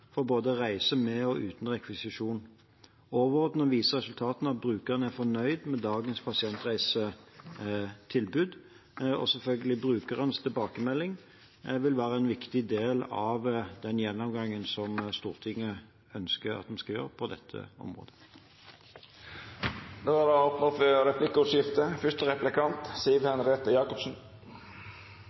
reise både med og uten rekvisisjon. Overordnet viser resultatene at brukerne er fornøyd med dagens pasientreisetilbud, og brukernes tilbakemelding vil selvfølgelig være en viktig del av den gjennomgangen som Stortinget ønsker at man skal gjøre på dette området. Det vert replikkordskifte. Jeg er